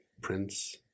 Prince